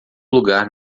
lugar